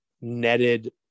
netted